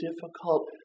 difficult